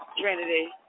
Trinity